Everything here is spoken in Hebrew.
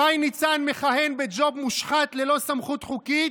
שי ניצן מכהן בג'וב מושחת ללא סמכות חוקית.